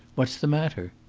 what's the matter?